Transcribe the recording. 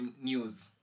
news